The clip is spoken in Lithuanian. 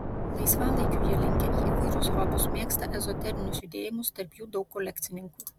laisvalaikiu jie linkę į įvairius hobius mėgsta ezoterinius judėjimus tarp jų daug kolekcininkų